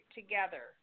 together